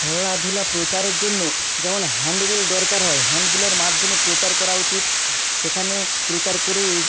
খেলাধুলা প্রচারের জন্য যেমন হ্যান্ডবিল দরকার হয় হ্যান্ডবিলের মাধ্যমে প্রচার করা উচিত সেখানে প্রচার করে